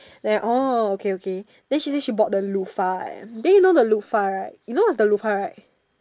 then I oh okay okay then she say she bought the loofah eh then you know the loofah right you know what's the loofah right